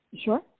Sure